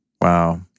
Wow